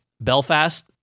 Belfast